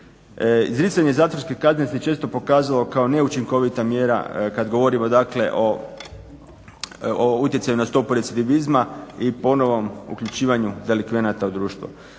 Izricanje zatvorske kazne se često pokazalo kao neučinkovita mjera kada govorimo dakle o utjecaju na stopu recidivizma i ponovnom uključivanju delikvenata u društvo.